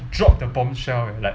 drop the bombshell eh like